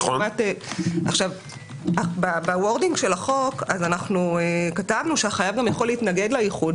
בהצעת החוק גם כתבנו שהחייב גם יכול להתנגד לאיחוד,